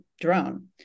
drone